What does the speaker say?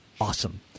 awesome